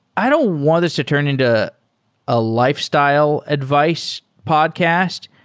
i don't want this to turn into a lifes tyle advice podcast.